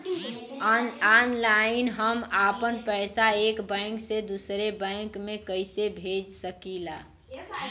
Online हम आपन पैसा एक बैंक से दूसरे बैंक में कईसे भेज सकीला?